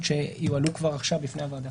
אולי כדאי שיועלו כבר עכשיו בפני הוועדה.